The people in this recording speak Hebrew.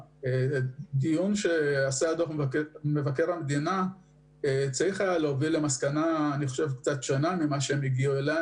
הדיון הזה היה צריך להוביל למסקנה שונה ממה שהם הגיעו אליה.